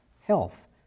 health